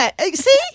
see